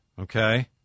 Okay